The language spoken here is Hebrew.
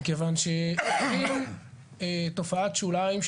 מכיוון שמביאים תופעת שוליים,